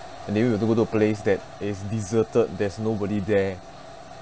and then we were to go to place that is deserted there's nobody there